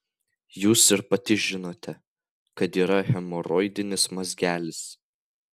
jūs ir pati žinote kad yra hemoroidinis mazgelis